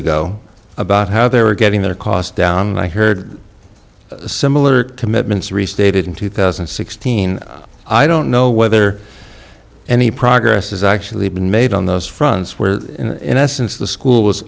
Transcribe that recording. ago about how they were getting their costs down and i heard similar commitments restated in two thousand and sixteen i don't know whether any progress has actually been made on those fronts where in essence the school was